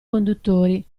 conduttori